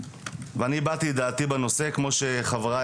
אני הבעתי את דעתי בנושא כמו שחבריי